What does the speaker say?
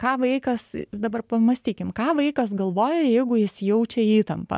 ką vaikas dabar pamąstykim ką vaikas galvoja jeigu jis jaučia įtampą